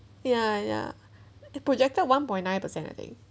ya ya it projected one point nine percent I think